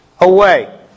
away